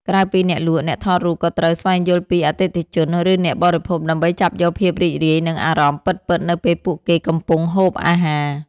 ក្រៅពីអ្នកលក់ អ្នកថតរូបក៏ត្រូវស្វែងយល់ពី អតិថិជន ឬអ្នកបរិភោគ ដើម្បីចាប់យកភាពរីករាយ និងអារម្មណ៍ពិតៗនៅពេលពួកគេកំពុងហូបអាហារ។